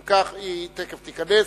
אם כך, היא תיכף תיכנס.